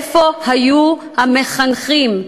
איפה היו המחנכים?